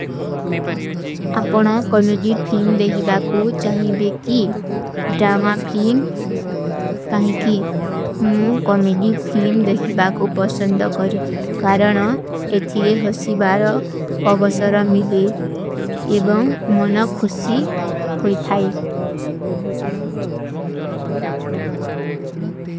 ଅପନା comedy film ଦେଖିବା କୋ ଚାହିଏ ବେକୀ, ଢର୍ମା ଫିଲ୍ମ ପାହିକୀ। ମୁଝେ କମେଦୀ ଫିଲ୍ମ ଦେଖିବା କୋ ପସଂଦ କରେଂ। କାରଣ ଏଠୀରେ ହସୀ ବାର ଅବସର ମିଲେ ଏବଂ ମନା ଖୁଶୀ ହୋଈ ଥାଈ।